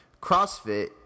crossfit